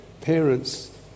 parents